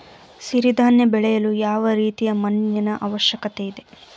ಸಿರಿ ಧಾನ್ಯ ಬೆಳೆಯಲು ಯಾವ ರೀತಿಯ ಮಣ್ಣಿನ ಅವಶ್ಯಕತೆ ಇದೆ?